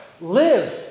live